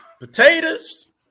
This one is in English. potatoes